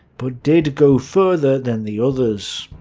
but did go further than the others.